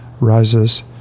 rises